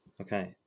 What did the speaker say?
Okay